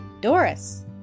Doris